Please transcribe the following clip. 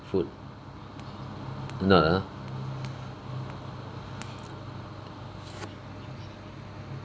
food not ah